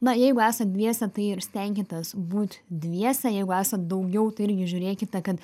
na jeigu esat dviese tai ir stenkitės būt dviese jeigu esat daugiau tai irgi žiūrėkite kad